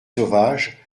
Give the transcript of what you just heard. sauvages